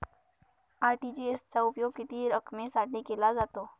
RTGS चा उपयोग किती रकमेसाठी केला जातो?